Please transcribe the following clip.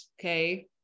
okay